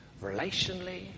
relationally